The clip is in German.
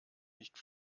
nicht